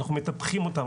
אנחנו מטפחים אותם.